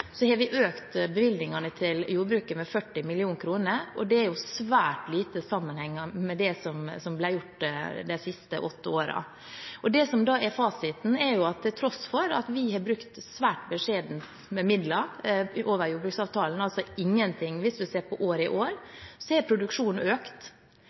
40 mill. kr. Det er svært lite i sammenheng med det som ble gjort de siste åtte årene. Det som da er fasiten, er at til tross for at vi har brukt svært beskjedent med midler over jordbruksavtalen, ingenting hvis en ser på dette året, har produksjonen økt.